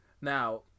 Now